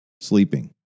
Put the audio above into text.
sleeping